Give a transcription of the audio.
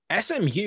SMU